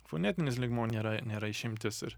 fonetinis lygmuo nėra nėra išimtis ir